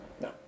No